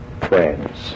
friends